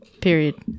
period